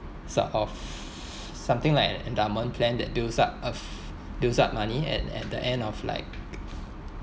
sort of something like an endowment plan that builds up a builds up money at at the end of like